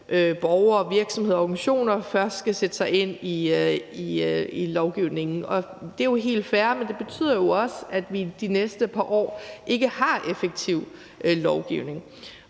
borgere, virksomheder og organisationer først skal sætte sig ind i lovgivningen. Det er helt fair, men det betyder jo også, at vi de næste par år ikke har effektiv lovgivning,